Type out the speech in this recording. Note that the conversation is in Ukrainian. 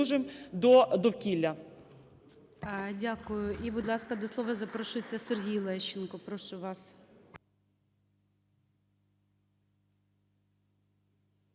Дякую. І, будь ласка, до слова запрошується Сергій Лещенко. Прошу вас.